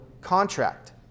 contract